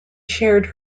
shared